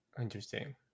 Interesting